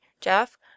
jeff